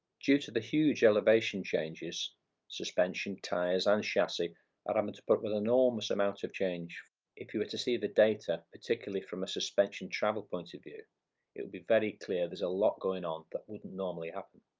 due to the huge elevation changes suspension, tyres and chassis are having i mean to put with enormous amount of change if you were to see the data particularly from a suspension travel point of view it would be very clear there's a lot going on that wouldn't normally happen,